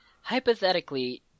Hypothetically